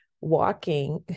walking